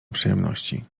przyjemności